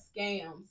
scams